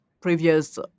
previous